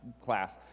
class